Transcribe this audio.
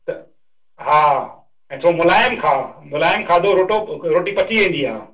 त हा ऐं थोरो मुलायम खाउ मुलायम खाधो रोटो रोटी पची वेंदी आहे